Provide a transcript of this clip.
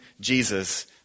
Jesus